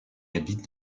habite